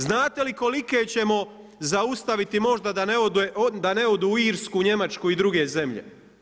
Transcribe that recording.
Znate li kolike ćemo zaustaviti možda da ne odu u Irsku, u Njemačku i druge zemlje.